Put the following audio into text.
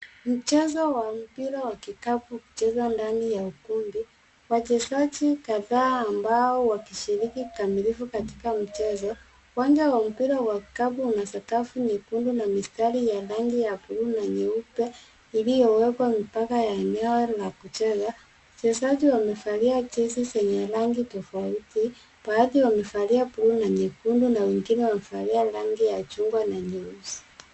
Mchezo wa mpira wa kikapu ukichezwa ndani ya ukumbi. Wachezaji kadhaa ambao wakishiriki kikamilifu katika mchezo. Uwanja wa mpira wa kikapu una sakafu nyekundu na mistari ya rangi ya buluu na nyeupe iliyowekwa mipaka ya eneo la kucheza. Wachezaji wamevalia jezi zenye rangi tofauti; baadhi wamevalia buluu na nyekundu na wengine wamevalia rangi ya chungwa na nyeusi.